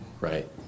right